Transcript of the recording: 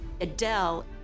Adele